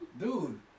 Dude